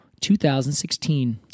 2016